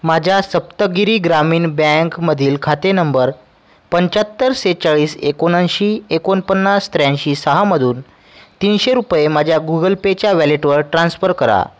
माझ्या सप्तगिरी ग्रामीण बँकमधील खाते नंबर पंच्याहत्तर सेहेचाळीस एकोणऐंशी एकोणपन्नास त्र्याऐंशी सहामधून तीनशे रुपये माझ्या गुगल पेच्या वॅलेटवर ट्रान्स्फर करा